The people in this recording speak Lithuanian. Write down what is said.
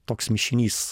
toks mišinys